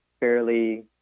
fairly